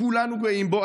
כולנו גאים בו,